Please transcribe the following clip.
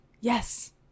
Yes